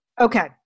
Okay